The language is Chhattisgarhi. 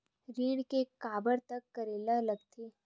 ऋण के काबर तक करेला लगथे?